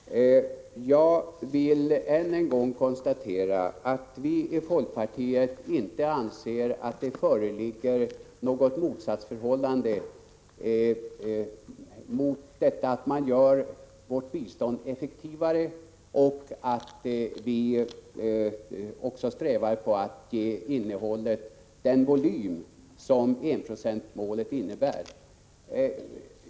Fru talman! Jag vill än en gång konstatera att vi i folkpartiet inte anser att det föreligger något motsatsförhållande mellan att vi gör vårt bistånd effektivare och att vi också strävar efter att ge innehållet den volym som enprocentsmålet innebär.